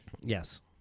Yes